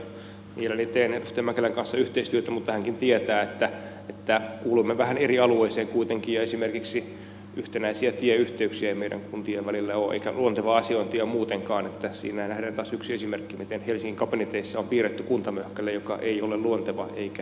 mielelläni teen edustaja mäkelän kanssa yhteistyötä mutta hänkin tietää että kuulumme vähän eri alueeseen kuitenkin ja esimerkiksi yhtenäisiä tieyhteyksiä ei meidän kuntiemme välillä ole eikä luontevaa asiointia muutenkaan niin että siinä nähdään taas yksi esimerkki siitä miten helsingin kabineteissa on piirretty kuntamöhkäle joka ei ole luonteva eikä toimi